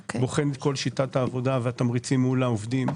בוחן את כל שיטת העבודה והתמריצים מול העובדים.